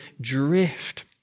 drift